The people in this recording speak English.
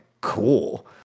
cool